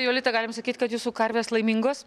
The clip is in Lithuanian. jolita galim sakyt kad jūsų karvės laimingos